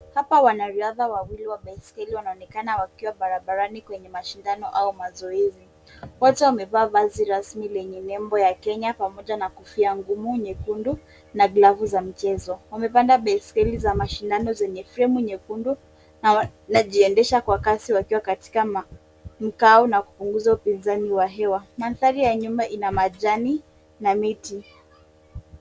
Hapa wanariadha wawili wa baiskeli wanaonekana wakiwa barabarani kwenye mashindano au mazoezi. Mmoja amevaa vazi rasmi lenye nembo ya Kenya pamoja na kofia ngumu nyekundu na glavu za mchezo. Wamepanda baiskeli za mashindano zenye fremu nyekundu na wanajiendesha kwa kasi wakiwa katika mkao na kupunguza upinzani wa hewa. Mandhari ya nyuma ina majani na miti.